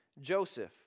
Joseph